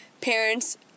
parents